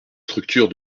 structure